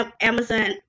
Amazon